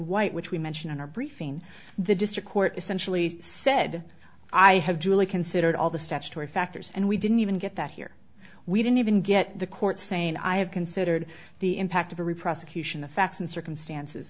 white which we mentioned in our briefing the district court essentially said i have julie considered all the statutory factors and we didn't even get that here we didn't even get the court saying i have considered the impact of the reprosecute on the facts and circumstances